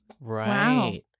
Right